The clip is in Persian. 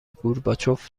گورباچوف